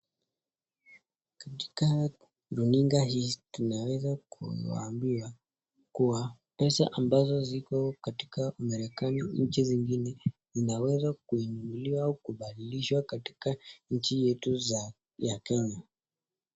Katika runinga hii tunaweza kuambiwa kuwa pesa ambazo ziko katika Marekani nchi zingine, inaweza kuinunuliwa au kubadilishwa katika nchi zetu za ya Kenya.